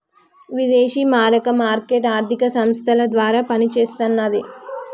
విదేశీ మారక మార్కెట్ ఆర్థిక సంస్థల ద్వారా పనిచేస్తన్నది